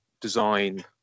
design